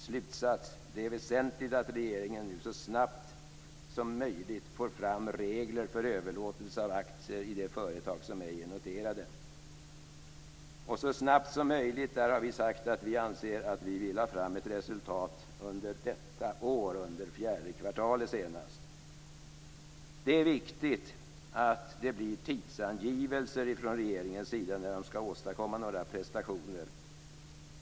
Slutsats: Det är väsentligt att regeringen nu så snabbt som möjligt får fram regler för överlåtelser av aktier i de företag som ej är noterade. Vad avser "så snabbt som möjligt" har vi sagt att vi anser att vi vill ha fram ett resultat senast under det fjärde kvartalet detta år. Det är viktigt att det blir tidsangivelser från regeringens sida när den ska åstadkomma några prestationer.